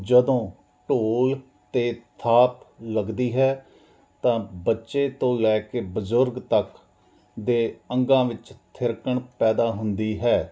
ਜਦੋਂ ਢੋਲ 'ਤੇ ਥਾਤ ਲੱਗਦੀ ਹੈ ਤਾਂ ਬੱਚੇ ਤੋਂ ਲੈ ਕੇ ਬਜ਼ੁਰਗ ਤੱਕ ਦੇ ਅੰਗਾਂ ਵਿੱਚ ਥਿਰਕਣ ਪੈਦਾ ਹੁੰਦੀ ਹੈ